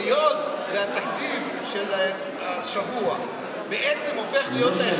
היות שהתקציב של השבוע בעצם הופך להיות 1